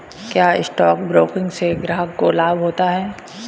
क्या stock broking से ग्राहक को लाभ होता है?